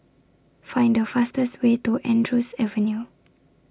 Find The fastest Way to Andrews Avenue